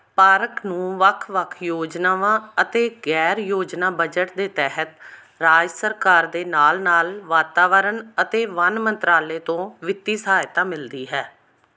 park ਨੂੰ ਵੱਖ ਵੱਖ ਯੋਜਨਾਵਾਂ ਅਤੇ ਗੈਰ ਯੋਜਨਾ ਬਜਟ ਦੇ ਤਹਿਤ ਰਾਜ ਸਰਕਾਰ ਦੇ ਨਾਲ ਨਾਲ ਵਾਤਾਵਰਣ ਅਤੇ ਵਣ ਮੰਤਰਾਲੇ ਤੋਂ ਵਿੱਤੀ ਸਹਾਇਤਾ ਮਿਲਦੀ ਹੈ